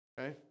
okay